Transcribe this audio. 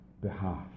behalf